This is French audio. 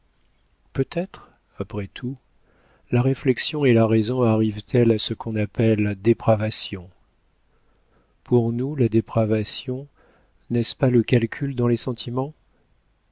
peut-être après tout la réflexion et la raison arrivent elles à ce qu'on appelle dépravation pour nous la dépravation n'est-ce pas le calcul dans les sentiments